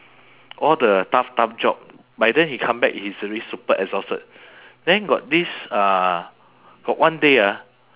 all the tough tough job by then he come back he's already super exhausted then got this uh got one day ah